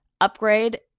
upgrade